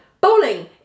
Bowling